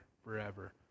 forever